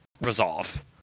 resolve